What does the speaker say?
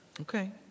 Okay